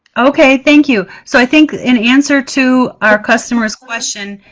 okay, thank you. so i think in answer to our customers question,